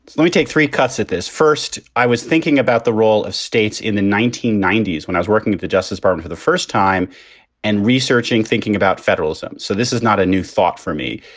let me take three cuts at this first. i was thinking about the role of states in the nineteen ninety s when i was working with the justice department for the first time and researching, thinking about federalism. so this is not a new thought for me.